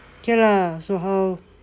K lah so how